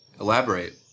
Elaborate